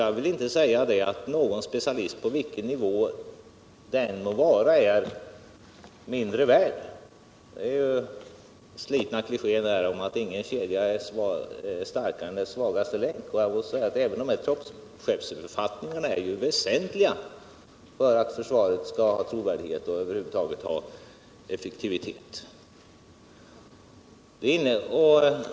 Jag vill inte säga att någon specialist, på vilken nivå det än må gälla, är mindre värd än någon annan — det är en sliten kliché att ingen kedja är starkare än sin svagaste länk — och även de här troppchefsbefattningarna är ju väsentliga för att försvaret skall få trovärdighet och effektivitet över huvud taget.